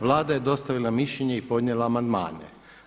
Vlada je dostavila mišljenje i podnijela amandmane.